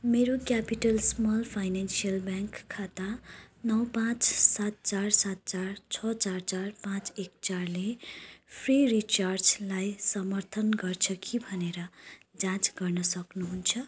मेरो capital small financial bank खाता नौ पाँच सात चार सात चार छ चार चार पाँच एक चारले फ्रि रिचार्जलाई समर्थन गर्छ कि भनेर जाँच गर्न सक्नुहुन्छ